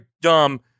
dumb